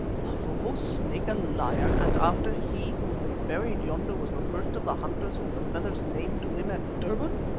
mavovo's snake a liar, and after he whom we buried yonder was the first of the hunters whom the feathers named to him at durban!